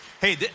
Hey